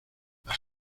las